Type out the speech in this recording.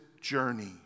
journey